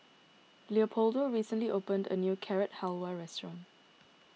Leopoldo recently opened a new Carrot Halwa restaurant